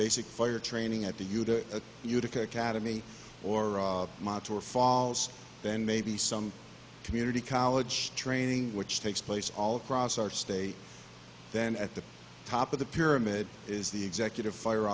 basic fire training at the youth a utica academy or much more false then maybe some community college training which takes place all across our state then at the top of the pyramid is the executive fire